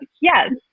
Yes